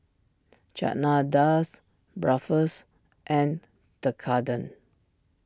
Chana Dal's Bratwurst and Tekkadon